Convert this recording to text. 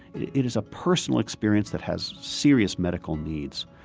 it is a personal experience that has serious medical needs.